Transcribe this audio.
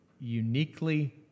uniquely